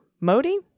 Modi